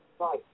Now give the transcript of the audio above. right